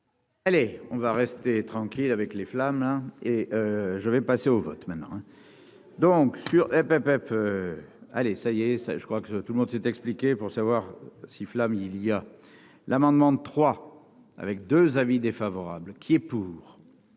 Allez, on va rester tranquille avec les flammes et je vais passer au vote maintenant donc sur un peu aller essayer ça je crois que tout le monde s'est expliqué pour savoir si Flame il y a l'amendement de 3 avec 2 avis défavorables qui est pour